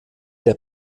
der